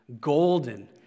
golden